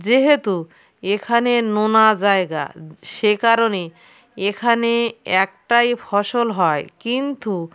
যেহেতু এখানে নোনা জায়গা সে কারণে এখানে একটাই ফসল হয় কিন্তু